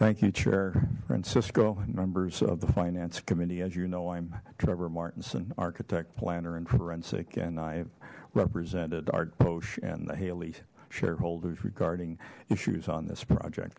thank you chair francisco and members of the finance committee as you know i'm trevormartinson architect planner and forensic and i represented arc bosch and the halley shareholders regarding issues on this project